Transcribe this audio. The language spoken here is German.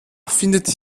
findet